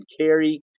carry